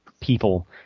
people